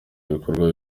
bikorwa